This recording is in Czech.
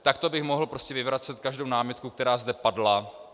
Takto bych mohl prostě vyvracet každou námitku, která zde padla.